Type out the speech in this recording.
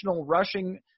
rushing